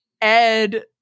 Ed